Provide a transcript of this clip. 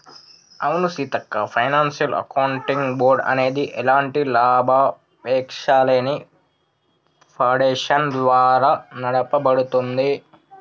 అవును Seethakka financial accounting board అనేది ఎలాంటి లాభాపేక్షలేని ఫాడేషన్ ద్వారా నడపబడుతుంది